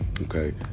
Okay